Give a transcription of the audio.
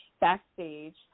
backstage